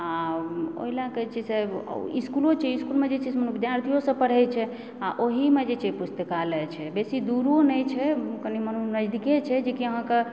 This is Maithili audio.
ओहिला कहय छै से इसकुलो छै इसकुलमे जे छै विद्यार्थियो सब पढ़य छै आ ओहिमे जे छै पुस्तकालय छै बेसी दूरो नहि छै कनि मनी नजदीके छै जे अहाँकेँ